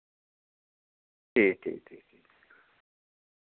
ठीक ठीक ठीक